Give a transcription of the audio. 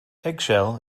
eggshell